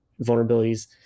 vulnerabilities